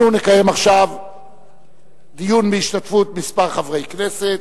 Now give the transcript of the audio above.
אנחנו נקיים עכשיו דיון בהשתתפות כמה חברי כנסת,